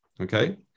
Okay